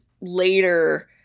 later